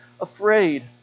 afraid